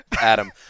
Adam